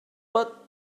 but